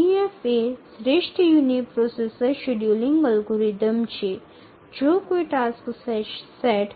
EDF એ શ્રેષ્ઠ uniprocessor scheduling algorithm છે જો કોઈ ટાસ્ક સેટ